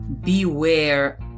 Beware